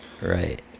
Right